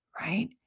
Right